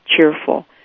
cheerful